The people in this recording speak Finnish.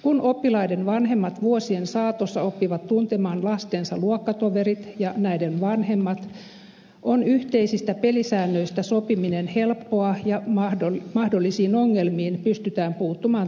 kun oppilaiden vanhemmat vuosien saatossa oppivat tuntemaan lastensa luokkatoverit ja näiden vanhemmat on yhteisistä pelisäännöistä sopiminen helppoa ja mahdollisiin ongelmiin pystytään puuttumaan tehokkaasti